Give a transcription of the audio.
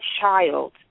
child